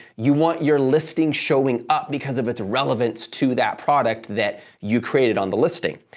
you want your listing showing up because of its relevance to that product that you created on the listing.